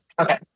Okay